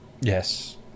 Yes